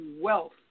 wealth